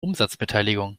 umsatzbeteiligung